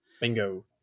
Bingo